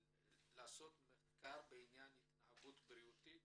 מחקר בעניין התנהגות בריאותית